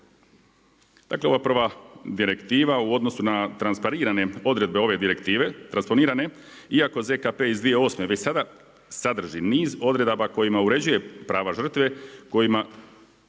Dakle ova prva direktiva u odnosu na transparirane odredbe ove direktive transponiranjem iako ZKP iz 2008. već sada sadrži niz odredaba kojima uređuje prava žrtve kojima